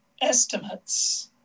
estimates